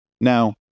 Now